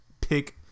pick